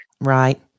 Right